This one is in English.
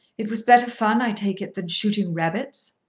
it was better fun i take it than shooting rabbits.